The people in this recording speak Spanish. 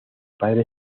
padre